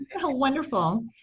wonderful